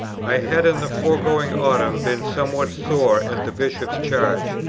i had in the foregoing autumn been somewhat sore at the bishop's charge,